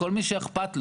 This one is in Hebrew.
כל מי שאכפת לו,